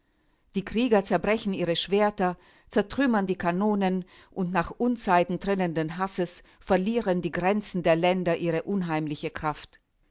die krieger zerbrechen ihre schwerter zertrümmern die kanonen und nach unzeiten trennenden hasses verlieren die grenzen der länder ihre unheimliche kraft